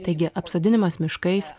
taigi apsodinimas miškais